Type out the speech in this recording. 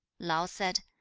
lao said,